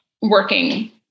working